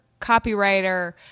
copywriter